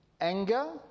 anger